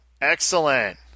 Excellent